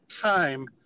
time